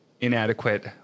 inadequate